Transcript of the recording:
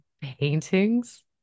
paintings